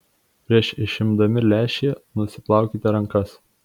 prieš išimdami lęšį nusiplaukite rankas